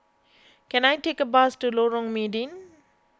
can I take a bus to Lorong Mydin